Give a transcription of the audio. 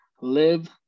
live